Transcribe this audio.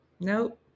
Nope